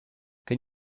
can